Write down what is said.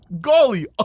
golly